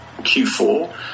Q4